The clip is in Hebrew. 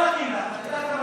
על מי אתה מדבר?